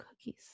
cookies